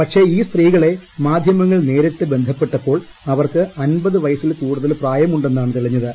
പക്ഷേ ഈ സ്ത്രീകളെ മാധ്യമങ്ങൾ നേരിട്ട് ബന്ധപ്പെട്ടപ്പോൾ അവർക്ക് അൻപത് വയസ്സിൽ കൂടുതൽ പ്രായമുണ്ടെന്നാണ് തെളിഞ്ഞത്